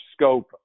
scope